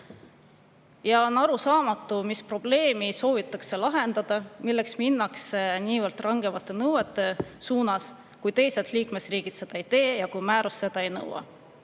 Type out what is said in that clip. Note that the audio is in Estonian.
On arusaamatu, mis probleemi soovitakse lahendada ja milleks minnakse niivõrd rangete nõuete suunas, kui teised liikmesriigid seda ei tee ja määrus seda ei nõua.